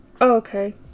Okay